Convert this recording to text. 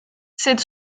cette